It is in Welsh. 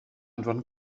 anfon